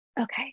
okay